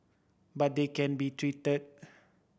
but they can be treated